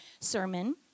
sermon